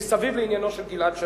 מסביב לעניינו של גלעד שליט.